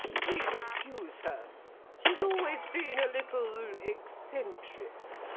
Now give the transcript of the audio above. please excuse her she's always been a little eccentric.